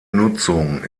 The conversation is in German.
nutzung